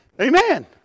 Amen